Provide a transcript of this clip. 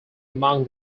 among